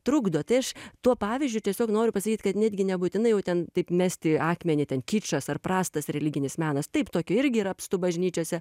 trukdo tai aš tuo pavyzdžiu tiesiog noriu pasakyt kad netgi nebūtinai jau ten taip mesti akmenį ten kičas ar prastas religinis menas taip tokio irgi yra apstu bažnyčiose